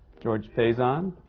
george faison,